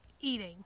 eating